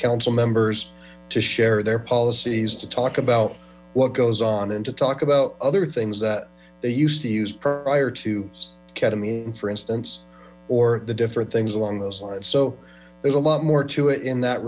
council members to share their policies to talk about what goes on and to talk about other things that they used to use prior to ketamine for instance or the different things along those so there's a lot more to it in that